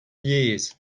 years